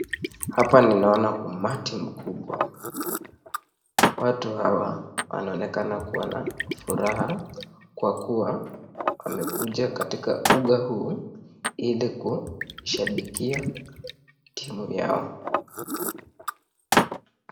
Hapa ninaona umati mkubwa. Watu hawa wanaonekana kuwa na furaha kwa kuwa wamekuja katika puga huu ili kushabikia timu yao.